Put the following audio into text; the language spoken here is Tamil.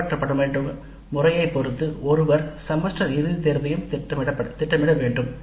பின்பற்றப்படும் முறையைப் பொறுத்து ஒருவர் செமஸ்டர் இறுதி தேர்வையும் திட்டமிட வேண்டும்